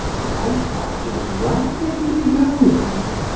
the eyesight is rapidly going.